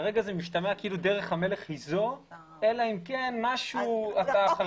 כרגע זה משתמע כאילו דרך המלך היא זו אלא אם כן משהו בחריגים.